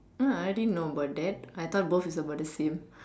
!huh! I didn't know about that I thought both is about the same